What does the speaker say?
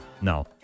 No